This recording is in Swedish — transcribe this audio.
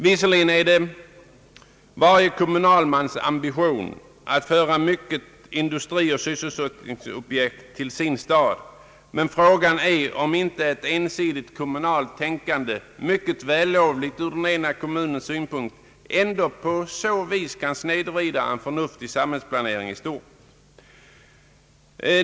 Visserligen är det varje kommunal mans ambition att föra industrier och andra sysselsättningsobjekt till just sin stad, men frågan är om inte ett ensidigt kommunalt tänkande, mycket vällovligt ur den egna kommunens synpunkt, ändå på så vis kan snedvrida en förnuftig samhällsplanering i stort.